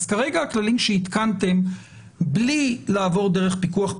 אז כרגע הכללים שהתקנתם בלי לעבור דרך פיקוח פרלמנטרי,